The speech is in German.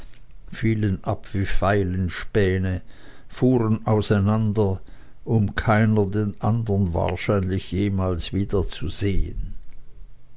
fielen ab wie feilenspäne fahren auseinander um keiner den andern wahrscheinlich jemals wiederzusehen